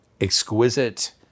exquisite